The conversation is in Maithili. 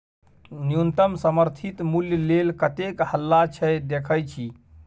न्युनतम समर्थित मुल्य लेल कतेक हल्ला छै देखय छी